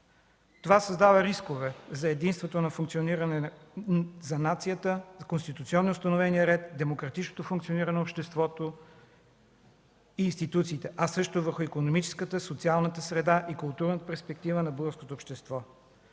Това създава рискове за единството на функциониране за нацията, за конституционно установения ред, демократичното функциониране на обществото и институциите, а също върху икономическата, социалната среда и културната перспектива на българското общество.